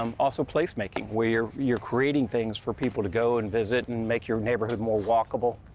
um also placemaking, where you're creating things for people to go and visit and make your neighborhood more walkable,